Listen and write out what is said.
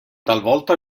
talvolta